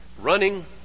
Running